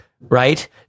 right